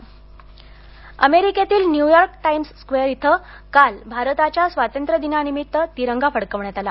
अमेरिकेत तिरंगा अमेरिकेतील न्यूयॉर्क टाईम स्क्वेअर इथं काल भारताच्या स्वातंत्र्य दिनानिमित्ताने तिरंगा फडकवण्यात आला